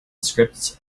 scripts